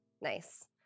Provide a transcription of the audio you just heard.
nice